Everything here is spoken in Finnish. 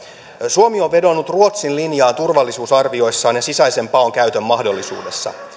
suomi on vedonnut ruotsin linjaan turvallisuusarvioissaan ja sisäisen paon käytön mahdollisuudessa